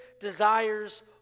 desires